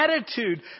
attitude